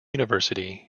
university